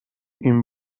این